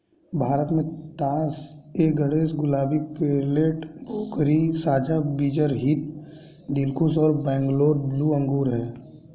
भारत में तास ए गणेश, गुलाबी, पेर्लेट, भोकरी, साझा बीजरहित, दिलखुश और बैंगलोर ब्लू अंगूर हैं